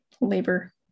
labor